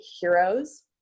heroes